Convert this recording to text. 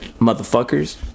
motherfuckers